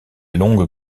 longue